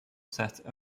set